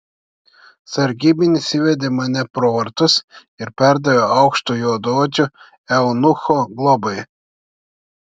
sargybinis įvedė mane pro vartus ir perdavė aukšto juodaodžio eunucho globai